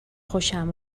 خوشم